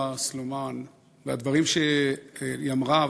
עאידה תומא סלימאן בדברים שהיא אמרה.